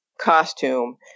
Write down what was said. costume—